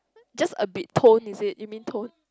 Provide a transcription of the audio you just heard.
just abit tone is it you mean tone